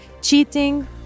cheating